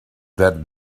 that